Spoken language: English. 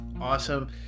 awesome